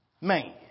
man